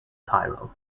tyrrell